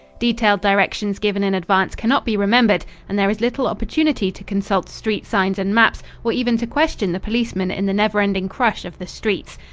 detailed directions given in advance cannot be remembered and there is little opportunity to consult street signs and maps or even to question the policeman in the never-ending crush of the streets.